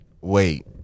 Wait